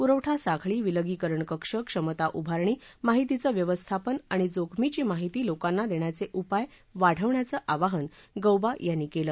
पुरवठा साखळी विलगीकरण कक्ष क्षमता उभारणी माहितीचं व्यवस्थापन आणि जोखमीघी माहिती लोकांना देण्याचे उपाय वाढवण्याचं आवाहन गौबा यांनी केलं